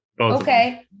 Okay